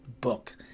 book